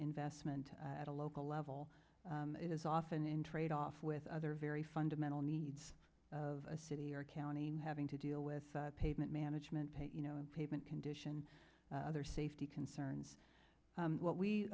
investment at a local level it is often in trade off with other very fundamental needs of a city or county having to deal with pavement management pay you know pavement condition other safety concerns what we